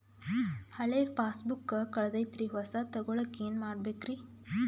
ಹಳೆ ಪಾಸ್ಬುಕ್ ಕಲ್ದೈತ್ರಿ ಹೊಸದ ತಗೊಳಕ್ ಏನ್ ಮಾಡ್ಬೇಕರಿ?